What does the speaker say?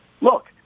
look